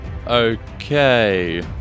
Okay